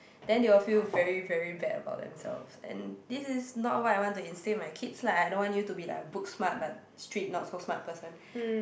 then they will feel very very bad about themselves and this is not what I want to instead my kids lah I don't want you to be like a book smart but street not so smart person